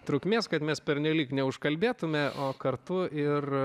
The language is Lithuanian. trukmės kad mes pernelyg neužkalbėtume o kartu ir